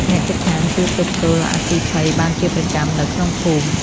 អ្នកជិតខាងជួយទប់ទល់អគ្គីភ័យបានជាប្រចាំនៅក្នុងភូមិ។